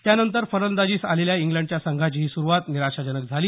त्यानंतर फलंदाजीस आलेल्या इग्लंडच्या संघाचीही सुरूवात निराशाजनक झाली